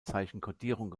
zeichenkodierung